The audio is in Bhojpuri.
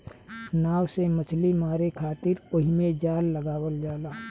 नाव से मछली मारे खातिर ओहिमे जाल लगावल जाला